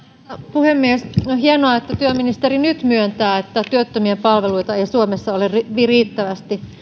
puhemies on hienoa että työministeri nyt myöntää että työttömien palveluita ei suomessa ole riittävästi